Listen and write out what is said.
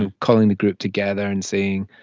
and calling the group together and saying,